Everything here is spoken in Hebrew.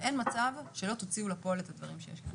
ואין מצב שלא תוציאו לפועל את הדברים שיש כאן,